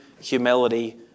humility